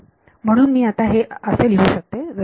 म्हणून मी आता हे असे लिहू शकते जसे